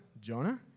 Jonah